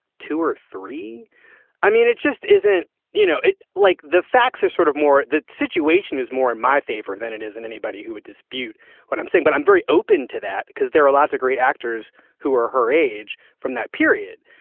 two or three i mean it just isn't you know it like the facts are sort of more the situation is more in my favor than it is in anybody who would dispute what i'm saying but i'm very open to that because there are lots of great actors who are her age from that period.